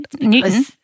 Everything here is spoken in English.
Newton